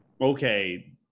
Okay